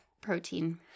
protein